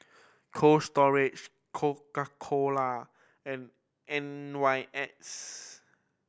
Cold Storage Coca Cola and N Y X